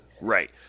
Right